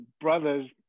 brothers